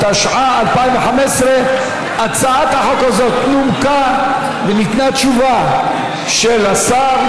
התשע"ה 2015. הצעת החוק הזאת נומקה וניתנה התשובה של השר.